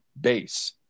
base